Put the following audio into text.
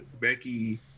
Becky –